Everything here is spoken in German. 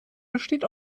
besteht